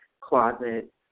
closet